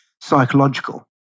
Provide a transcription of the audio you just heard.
psychological